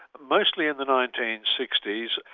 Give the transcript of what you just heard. mostly in the nineteen sixty s,